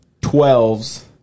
twelves